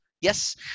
yes